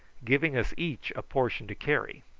giving us each a portion to carry.